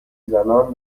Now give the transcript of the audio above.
زنان